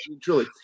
truly